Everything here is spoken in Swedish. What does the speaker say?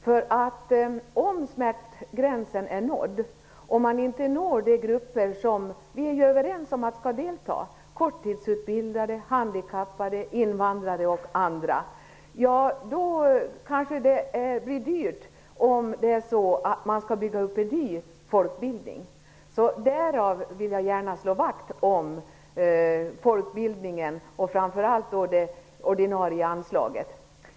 När smärtgränsen är nådd och om man inte når de grupper som vi är överens skall delta -- korttidsutbildade, handikappade, invandrare -- blir det dyrt att bygga upp en ny folkbildning. Därför vill jag slå vakt om folkbildningen, framför allt det ordinarie anslaget.